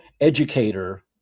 educator